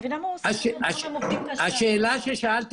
אנחנו מדברים על עופות ועל דם